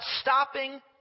stopping